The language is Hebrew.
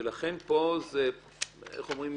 ולכן, איך אומרים?